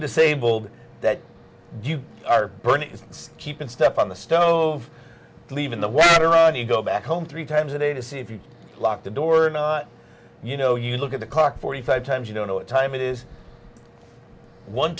disabled that you are burning keep in step on the stove leave in the wet or ronnie go back home three times a day to see if you lock the door or not you know you look at the clock forty five times you don't know what time it is one